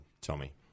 Tommy